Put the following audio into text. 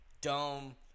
Dome